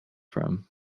from